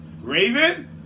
Raven